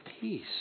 peace